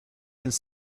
could